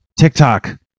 TikTok